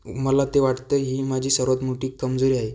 मला ते वाटतंय ही माझी सर्वात मोठी कमजोरी आहे